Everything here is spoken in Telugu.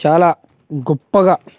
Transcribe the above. చాలా గొప్పగా